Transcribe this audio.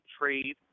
trade